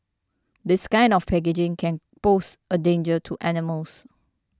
this kind of packaging can pose a danger to animals